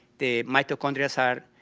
the mitochondria so are